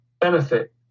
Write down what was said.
benefit